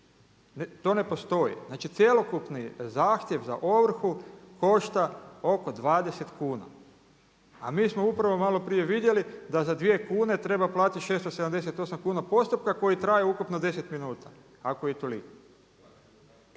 to ne postoji. Znači cjelokupni zahtjev za ovrhu košta oko 20 kuna. A mi smo upravo maloprije vidjeli da za 2 kune treba platiti 678 kuna postupka koji traje ukupno 10 minuta ako i toliko.